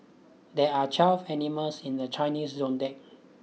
there are twelve animals in the Chinese zodiac